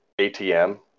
ATM